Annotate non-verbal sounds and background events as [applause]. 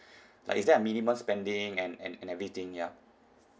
[breath] like is there a minimum spending and and and everything ya